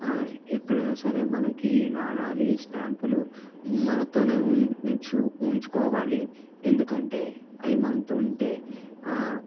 ఎప్పుడైనా సరే మనకి నాణాలు ఈ స్టాంపులు మనతోనే ఉంచు ఉంచుకోవాలి ఎందుకంటే అవి మనతో ఉంటే